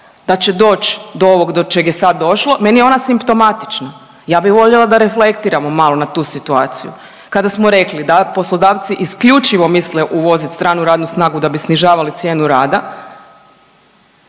da će doć do čeg je sad došlo, meni je ona simptomatična. Ja bi voljela da reflektiramo malo na tu situaciju kada smo rekli da poslodavci isključivo misle uvozit stranu radnu snagu da bi snižavali cijenu rada